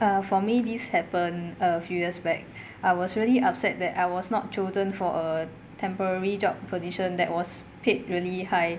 uh for me this happened uh few years back I was really upset that I was not chosen for a temporary job position that was paid really high